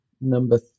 Number